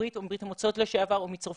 הברית או מברית המועצות לשעבר או מצרפת.